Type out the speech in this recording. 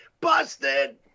Busted